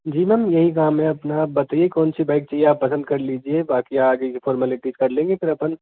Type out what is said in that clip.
जी ma'am यही काम है अपना आप बताइए कौन सी बाइक चाहिए आप पसंद कर लीजिए बाकी आगे की फॉर्मैलटी कर लेंगे फिर अपन